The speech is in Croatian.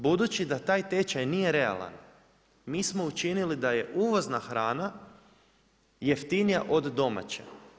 Budući da taj tečaj nije realan, mi smo učinili da je uvozna hrana jeftinija od domaće.